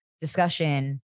discussion